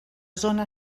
zona